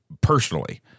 personally